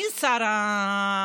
מי השר התורן?